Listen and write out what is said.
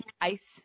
ice